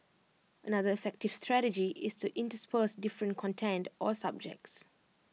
another effective strategy is to intersperse different content or subjects